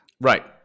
Right